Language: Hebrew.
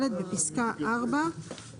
בפסקה (4),